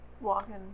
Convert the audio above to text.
walking